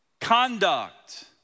conduct